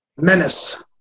menace